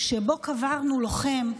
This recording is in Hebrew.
שבו קברנו לוחם אמיץ,